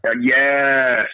Yes